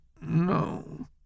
no